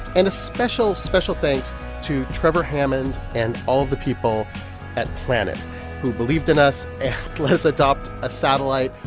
and a special, special thanks to trevor hammond and all of the people at planet who believed in us and let us adopt a satellite.